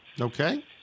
Okay